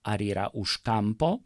ar yra už kampo